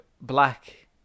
black